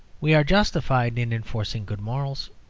we are justified in enforcing good morals,